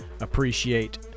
appreciate